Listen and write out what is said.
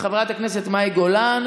את חברת הכנסת מאי גולן,